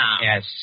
Yes